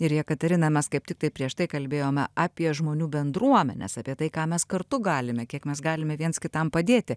ir jekaterina mes kaip tiktai prieš tai kalbėjome apie žmonių bendruomenes apie tai ką mes kartu galime kiek mes galime viens kitam padėti